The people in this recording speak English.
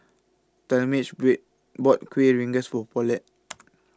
Talmage bought Kuih Rengas For Paulette